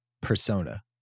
persona